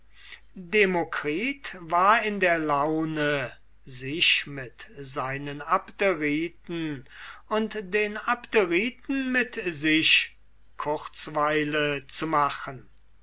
witz demokritus war in der laune sich mit seinen abderiten und den abderiten mit sich kurzweile zu machen